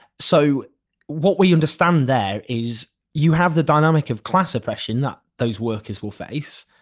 so what we understand there is you have the dynamic of class oppression that those workers will face,